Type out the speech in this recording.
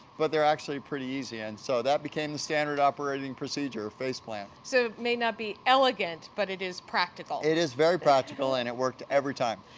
but they're actually pretty easy, and so that became the standard operating procedure. face plant. so, it may not be elegant but it is practical. it is very practical and it worked every time.